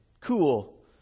Cool